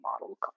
model